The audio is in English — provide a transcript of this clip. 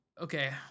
okay